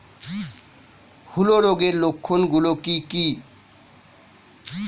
হূলো রোগের লক্ষণ গুলো কি কি?